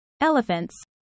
Elephants